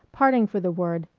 parting for the word,